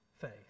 faith